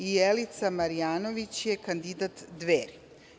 Jelica Marjanović je kandidat Dveri.